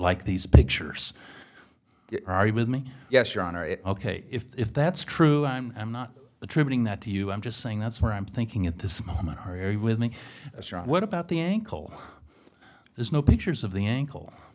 like these pictures are you with me yes your honor it ok if that's true i'm i'm not attributing that to you i'm just saying that's where i'm thinking at this moment harry with a strong what about the ankle there's no pictures of the ankle